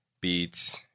beats